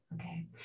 Okay